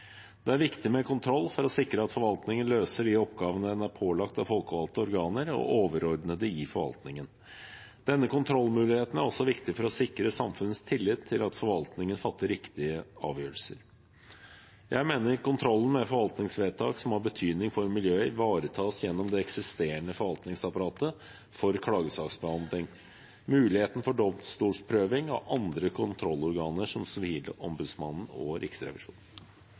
Det er viktig med kontroll for å sikre at forvaltningen løser de oppgavene den er pålagt av folkevalgte organer og overordnede i forvaltningen. Denne kontrollmuligheten er også viktig for å sikre samfunnets tillit til at forvaltningen fatter riktige avgjørelser. Jeg mener kontrollen med forvaltningsvedtak som har betydning for miljøet, ivaretas gjennom det eksisterende forvaltningsapparatet for klagesaksbehandling, muligheten for domstolsprøving og andre kontrollorganer, som Sivilombudsmannen og Riksrevisjonen.